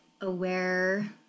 aware